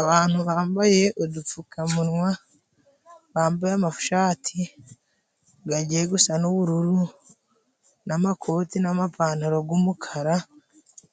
Abantu bambaye udupfukamunwa, bambaye amashati agiye gusa n'ubururu, n'amakoti n'amapantaro y'umukara,